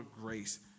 grace